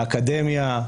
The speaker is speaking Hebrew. באקדמיה,